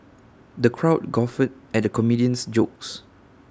the crowd guffawed at the comedian's jokes